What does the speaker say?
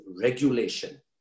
regulation